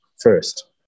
first